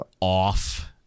off